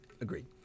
Agreed